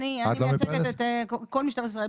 אני מייצגת את כל משטרת ישראל,